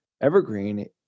evergreen